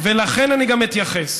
ולכן אני גם אתייחס.